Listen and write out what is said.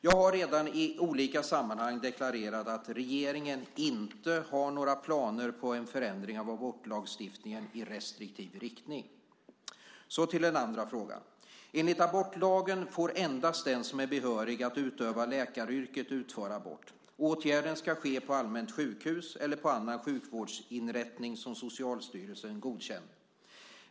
Jag har redan i olika sammanhang deklarerat att regeringen inte har några planer på en förändring av abortlagstiftningen i restriktiv riktning. Så går jag över till den andra frågan. Enligt abortlagen får endast den som är behörig att utöva läkaryrket utföra abort. Åtgärden ska ske på allmänt sjukhus eller på annan sjukvårdsinrättning som Socialstyrelsen godkänner.